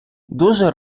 дуже